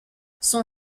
son